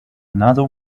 another